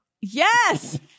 Yes